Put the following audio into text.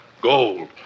gold